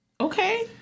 okay